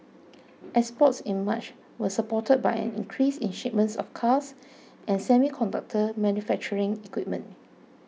exports in March was supported by an increase in shipments of cars and semiconductor manufacturing equipment